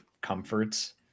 comforts